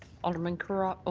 alderman carra.